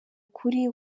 ukuri